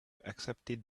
accepted